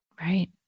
Right